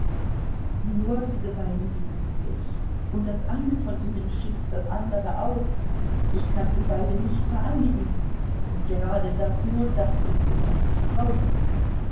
nur diese beiden wesen liebe ich und das eine von ihnen schließt das andere aus ich kann sie beide nicht vereinigen und gerade das nur das ist es was ich brauche